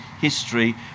history